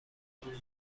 لزوما